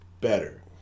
better